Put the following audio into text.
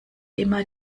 immer